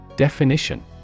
Definition